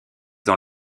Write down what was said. dans